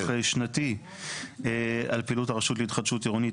שנתי על פעילות הרשות להתחדשות עירונית,